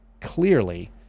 clearly